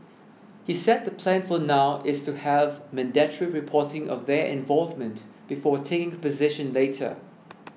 he said the plan for now is to have mandatory reporting of their involvement before taking position later